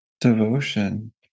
devotion